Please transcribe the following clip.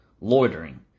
loitering